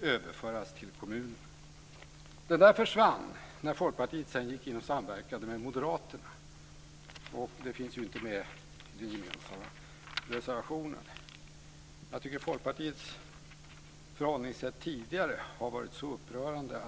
överföras till kommunerna." Det där försvann när Folkpartiet sedan gick in och samverkade med Moderaterna, och det finns inte med i den gemensamma reservationen. Jag tycker att Folkpartiets förhållningssätt tidigare varit mycket upprörande.